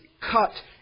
cut